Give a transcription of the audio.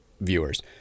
viewers